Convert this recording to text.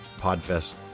PodFest